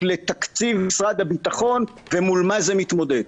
לתקציב משרד הביטחון ומול מה זה מתמודד.